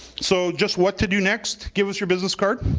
so just what to do next? give us your business card.